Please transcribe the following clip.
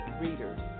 readers